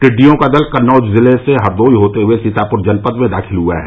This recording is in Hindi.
टिड्डियों का दल कन्नौज जिले से हरदोई होते हुए सीतापुर जनपद में दाखिल हुआ है